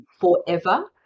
forever